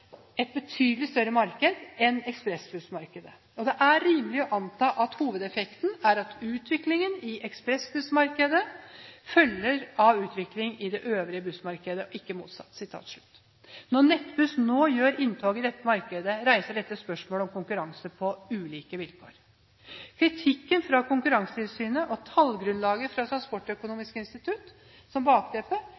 et betydelig større marked enn ekspressbussmarkedet. Jeg siterer: «Det er rimelig å anta at hovedeffekten er at utviklingen i ekspressbussmarkedet følger av utviklingen i det øvrige bussmarkedet, ikke motsatt.» Når Nettbuss nå gjør inntog i dette markedet, reiser dette spørsmål om konkurranse på ulike vilkår. Med kritikken fra Konkurransetilsynet og tallgrunnlaget fra